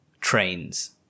trains